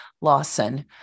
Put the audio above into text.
Lawson